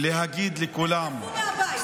נלקחו מהבית.